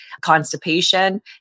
constipation